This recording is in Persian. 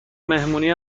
مهمونی